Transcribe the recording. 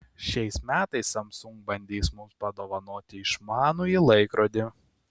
šiais metais samsung bandys mums padovanoti išmanųjį laikrodį